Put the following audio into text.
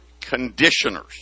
conditioners